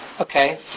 Okay